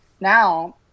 Now